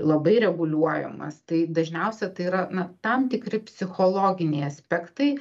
labai reguliuojamas tai dažniausia tai yra na tam tikri psichologiniai aspektai